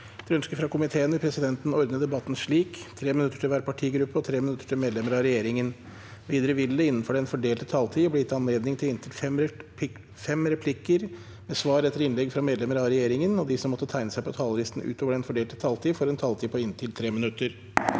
ønske fra justiskomi- teen vil presidenten ordne debatten slik: 3 minutter til hver partigruppe og 3 minutter til medlemmer av regjeringen. Videre vil det – innenfor den fordelte taletid – bli gitt anledning til inntil fem replikker med svar etter innlegg fra medlemmer av regjeringen, og de som måtte tegne seg på talerlisten utover den fordelte taletid, får også en taletid på inntil 3 minutter.